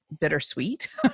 bittersweet